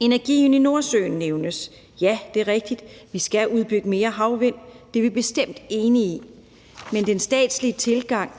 Energiøen i Nordsøen nævnes. Ja, det er rigtigt, at vi skal bygge mere havvind. Det er vi bestemt enige i, men den statslige tilgang og